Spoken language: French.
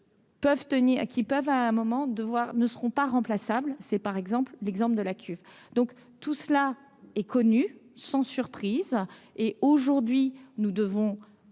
qui peuvent à un moment de voir ne seront pas remplaçable, c'est par exemple l'exemple de la cuve, donc tout cela est connu, sans surprise, et aujourd'hui nous devons